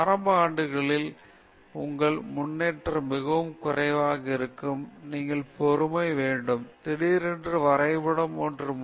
ஆரம்ப ஆண்டுகளில் உங்கள் முன்னேற்றம் மிகவும் குறைவாக இருக்கும் நீங்கள் பொறுமை வேண்டும் திடீரென்று வரைபடம் ஒரு முறை எடுக்கும் இல்லையா